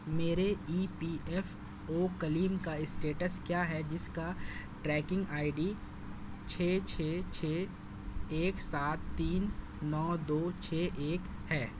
میرے E P F O claim کا status کیا ہے جس کا ٹریکنگ آئی ڈی چھ چھ چھ ایک سات تین نو دو چھ ایک ہے